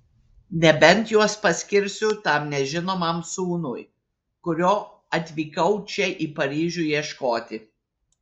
nebent juos paskirsiu tam nežinomam sūnui kurio atvykau čia į paryžių ieškoti